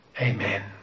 Amen